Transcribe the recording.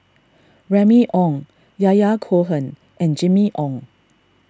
Remy Ong Yahya Cohen and Jimmy Ong